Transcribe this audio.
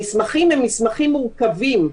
המסמכים הם מסמכים מורכבים.